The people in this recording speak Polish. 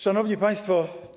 Szanowni Państwo!